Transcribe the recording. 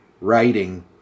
writing